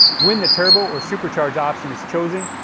when the turbo or supercharge option is chosen,